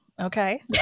Okay